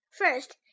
First